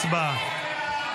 הצבעה.